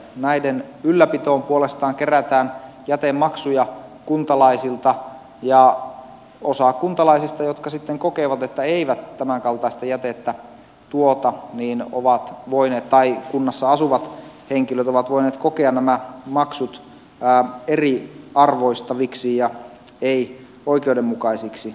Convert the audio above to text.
näiden ylläpitoon puolestaan kerätään jätemaksuja kuntalaisilta ja osa kuntalaisista tai kunnassa asuvista henkilöistä ne jotka kokevat että eivät tämänkaltaista jätettä tuottaa niin ovat voineet tai kunnassa asuvat tuota on voinut kokea nämä maksut eriarvoistaviksi ja ei oikeudenmukaisiksi